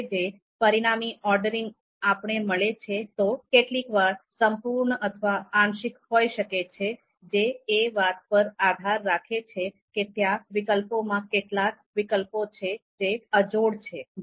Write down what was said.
હવે જે પરિણામી ઓર્ડરિંગ આપણે મળે છે તો કેટલીકવાર સંપૂર્ણ અથવા આંશિક હોઇ શકે છે જે એ વાત પર આધાર રાખે છે કે ત્યાં વિકલ્પોમાં કેટલાક વિકલ્પો છે જે અજોડ છે